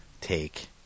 take